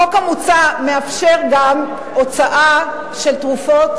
החוק המוצע מאפשר גם הוצאה של תרופות.